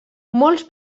molts